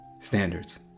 standards